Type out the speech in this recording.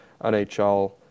NHL